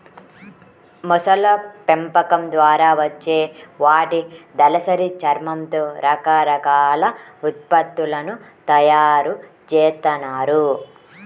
మొసళ్ళ పెంపకం ద్వారా వచ్చే వాటి దళసరి చర్మంతో రకరకాల ఉత్పత్తులను తయ్యారు జేత్తన్నారు